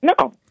No